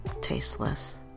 tasteless